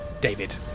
David